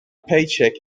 paycheck